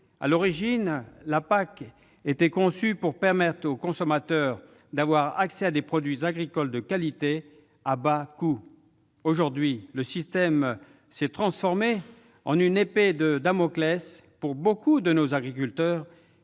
à l'origine, la PAC était conçue pour permettre aux consommateurs d'avoir accès à des produits agricoles de qualité et à bas coûts. Aujourd'hui, le système s'est transformé en une épée de Damoclès pour nombre de nos agriculteurs,